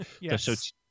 Yes